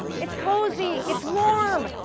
it's cosy, it's warm!